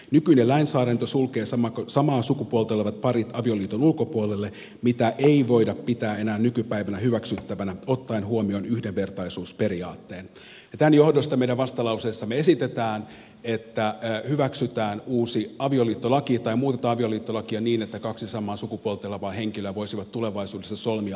nykyinen lainsäädäntö sulkee samaa sukupuolta olevat parit avioliiton ulkopuolelle mitä ei voida pitää enää nykypäivänä hyväksyttävänä ottaen huomioon yhdenvertaisuusperiaatteen ja tämän johdosta meidän vastalauseessamme esitetään että ne hyväksytään uusi avioliittolaki tai muutetaan avioliittolakia niin että kaksi samaa sukupuolta olevaa henkilöä voisivat tulevaisuudessa solmia avioliiton